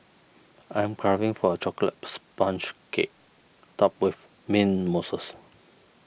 I am craving for a Chocolate Sponge Cake Topped with Mint Mousses